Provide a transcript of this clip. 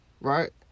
Right